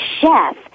chef